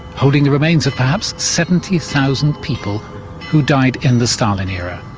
holding the remains of perhaps seventy thousand people who died in the stalin era.